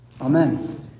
Amen